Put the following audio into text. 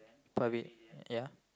pavi~ ya